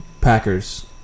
Packers